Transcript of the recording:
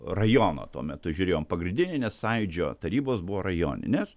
rajono tuo metu žiūrėjom pagrindinį nes sąjūdžio tarybos buvo rajoninės